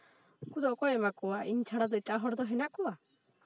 ᱩᱱᱠᱩ ᱫᱚ ᱚᱠᱚᱭᱮ ᱮᱢᱟ ᱠᱚᱣᱟ ᱤᱧ ᱪᱷᱟᱲᱟ ᱫᱚ ᱮᱴᱟᱜ ᱦᱚᱲ ᱫᱚ ᱦᱮᱱᱟᱜ ᱠᱚᱣᱟ